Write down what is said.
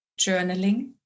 journaling